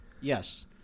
Yes